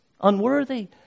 unworthy